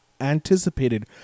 anticipated